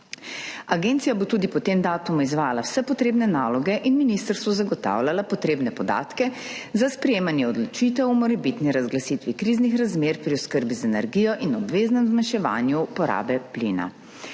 Agencija bo tudi po tem datumu izvajala vse potrebne naloge in ministrstvu zagotavljala potrebne podatke za sprejemanje odločitev o morebitni razglasitvi kriznih razmer pri oskrbi z energijo in obveznem zmanjševanju porabe plina.